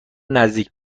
نزدیک